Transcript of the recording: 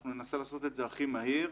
אנחנו ננסה לעשות את זה הכי מהיר.